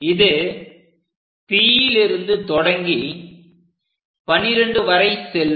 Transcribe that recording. இது Pலிருந்து தொடங்கி 12 வரை செல்லும்